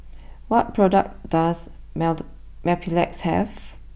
what products does mild Mepilex have